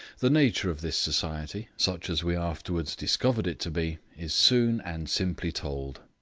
the nature of this society, such as we afterwards discovered it to be, is soon and simply told.